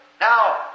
Now